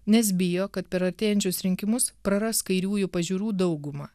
nes bijo kad per artėjančius rinkimus praras kairiųjų pažiūrų daugumą